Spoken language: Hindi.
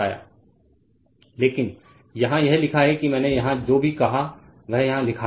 Refer Slide Time 1205 लेकिन यहां यह लिखा है कि मैंने यहां जो भी कहा वह यहां लिखा है